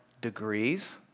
degrees